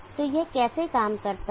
तो यह कैसे काम करता है